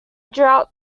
drought